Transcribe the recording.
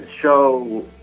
show